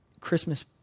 Christmas